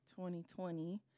2020